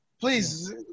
Please